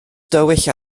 dywyll